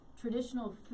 traditional